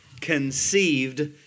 conceived